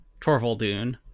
Torvaldune